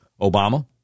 Obama